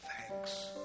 thanks